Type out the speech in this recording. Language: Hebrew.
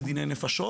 זה דיני נפשות,